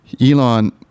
Elon